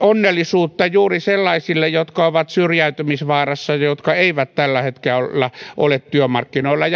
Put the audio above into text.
onnellisuutta juuri sellaisille jotka ovat syrjäytymisvaarassa ja jotka eivät tällä hetkellä ole työmarkkinoilla